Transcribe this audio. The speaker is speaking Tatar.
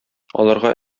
аларга